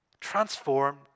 Transformed